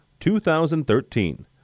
2013